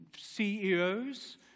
CEOs